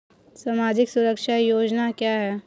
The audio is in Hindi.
सामाजिक सुरक्षा योजना क्या है?